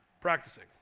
Practicing